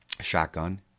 shotgun